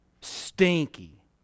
stinky